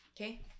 okay